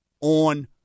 on